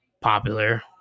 popular